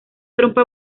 trompa